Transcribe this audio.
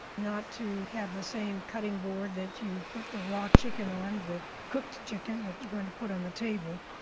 not to have the same cutting board that you put the raw chicken on, the cooked chicken that you're going to put on the table.